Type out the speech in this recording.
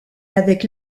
avec